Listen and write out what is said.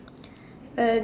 uh